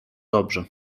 dobrze